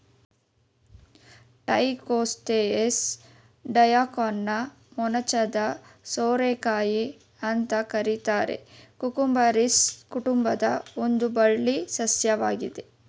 Trichosanthes dioica ಮೊನಚಾದ ಸೋರೆಕಾಯಿ ಅಂತ ಕರೀತಾರೆ ಕುಕುರ್ಬಿಟೇಸಿ ಕುಟುಂಬದ ಒಂದು ಬಳ್ಳಿ ಸಸ್ಯವಾಗಿದೆ